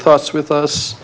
thoughts with us